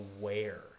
aware